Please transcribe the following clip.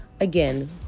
Again